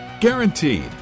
guaranteed